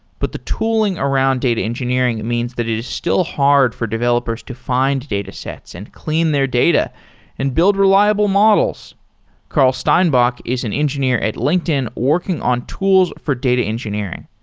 but the tooling around data engineering means that it is still hard for developers to find datasets and clean their data data and build reliable models carl steinbach is an engineer at linkedin working on tools for data engineering.